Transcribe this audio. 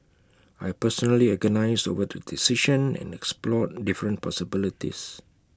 I personally agonised over the decision and explored different possibilities